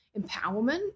empowerment